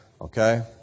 Okay